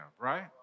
Right